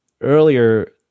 Earlier